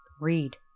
read